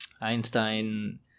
Einstein